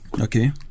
Okay